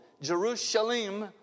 Jerusalem